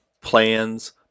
plans